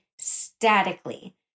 statically